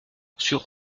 sur